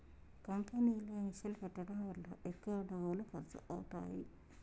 కంపెనీలో మిషన్ పెట్టడం వల్ల ఎక్కువ డబ్బులు ఖర్చు అవుతాయి